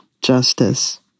justice